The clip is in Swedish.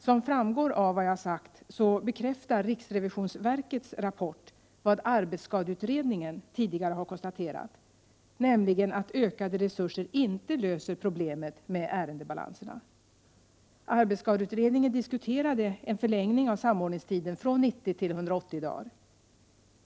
Som framgår av vad jag sagt bekräftar riksrevisionsverkets rapport vad arbetsskadeutredningen tidigare har konstaterat, nämligen att ökade resurser inte löser problemet med ärendebalanserna. Arbetsskadeutredningen diskuterade en förlängning av samordningstiden från 90 till 180 dagar.